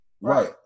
right